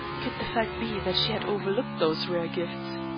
could the fact be that she had overlooked those rare gifts?